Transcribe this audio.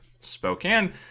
Spokane